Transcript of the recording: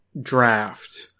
draft